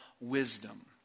wisdom